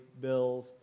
bills